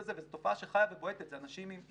זו תופעה שחיה ובועטת, אלה אנשים עם